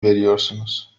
veriyorsunuz